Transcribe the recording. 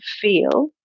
feel